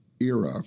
era